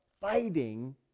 fighting